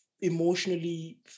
emotionally